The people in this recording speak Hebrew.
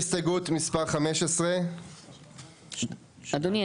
הסתייגות מספר 15. אדוני,